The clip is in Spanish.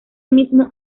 mismo